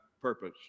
purpose